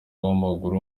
w’amaguru